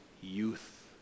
youth